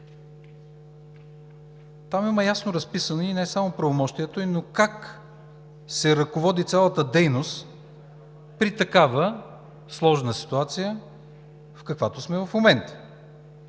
там ясно е разписано не само правомощието, но и как се ръководи цялата дейност при такава сложна ситуация, в каквато сме в момента.